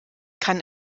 kann